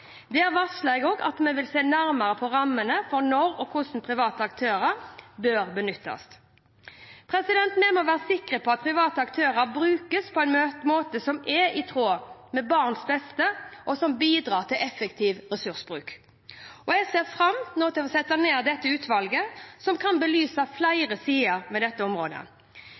Der varslet jeg at vi nå vil se nærmere på rammene for når og hvordan private aktører bør benyttes. Vi må være sikre på at private aktører brukes på en måte som er i tråd med barns beste, og som bidrar til effektiv ressursbruk. Jeg ser fram til å nedsette et utvalg som kan belyse flere sider av dette området,